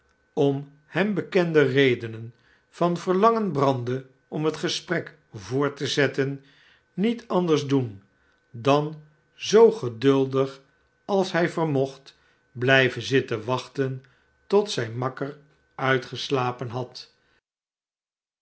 om hem bekende redenen an verlangen brandde om het gesprek voort te zetten niets anders doen dan zoo geduldig als hij ver mocht bhjven zitten wachten tot zijn makker uitgeslapen had